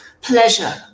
pleasure